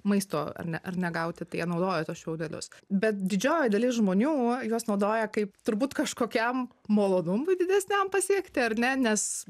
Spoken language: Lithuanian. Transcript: maisto ar ne ar ne gauti tai jie naudoja tuos šiaudelius bet didžioji dalis žmonių juos naudoja kaip turbūt kažkokiam malonumui didesniam pasiekti ar ne nes